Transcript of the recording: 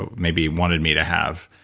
ah maybe wanted me to have.